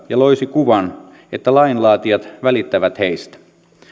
ja loisi kuvan että lainlaatijat välittävät heistä